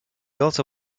also